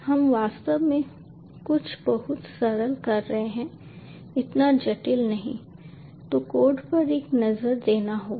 हम वास्तव में कुछ बहुत सरल कर रहे हैं इतना जटिल नहीं तो कोड पर एक नज़र देना होगा